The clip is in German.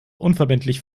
unverbindlich